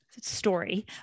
story